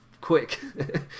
quick